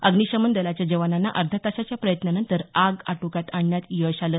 अग्निशमन दलाच्या जवानांना अर्ध्या तासाच्या प्रयत्नानंतर आग आटोक्यात आणण्यात यश आलं